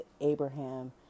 Abraham